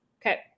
Okay